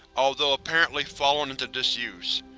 although apparently fallen into disuse.